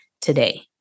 today